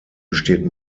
besteht